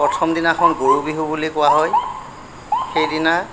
প্ৰথম দিনাখন গৰু বিহু বুলি কোৱা হয় সেইদিনা